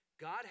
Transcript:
God